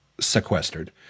sequestered